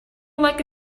like